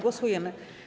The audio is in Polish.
Głosujemy.